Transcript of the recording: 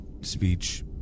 speech